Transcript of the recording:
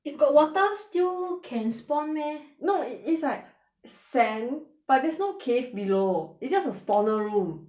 if got water still can spawn meh no it~ it's like sand but there is no cave below it's just a spawner room